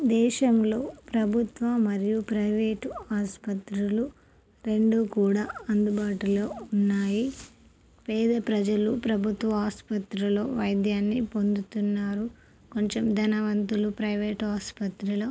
దేశంలో ప్రభుత్వ మరియు ప్రైవేటు ఆసుపత్రులు రెండు కూడా అందుబాటులో ఉన్నాయి పేద ప్రజలు ప్రభుత్వ ఆసుపత్రిలో వైద్యాన్ని పొందుతున్నారు కొంచెం ధనవంతులు ప్రైవేట్ ఆసుపత్రిలో